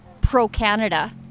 pro-Canada